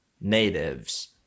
natives